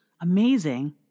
Amazing